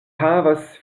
havas